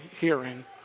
hearing